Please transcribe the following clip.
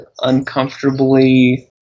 uncomfortably